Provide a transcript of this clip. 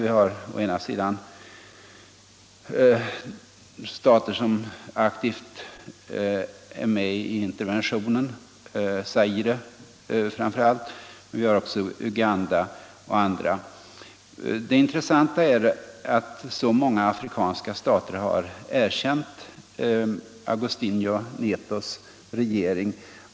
Vi har stater som aktivt är med i interventionen, framför allt Zaire men också Zambia, Uganda och andra stater. Det intressanta är att så många afrikanska stater har erkänt Agostinho Netos regering.